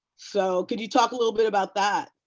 so can you talk a little bit about that?